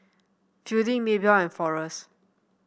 Fielding Maebelle and Forrest